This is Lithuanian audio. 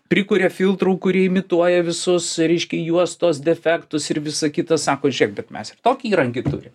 prikuria filtrų kurie imituoja visus reiškia juostos defektus ir visa kita sako žiūrėk bet mes ir tokį įrankį turim